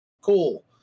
Cool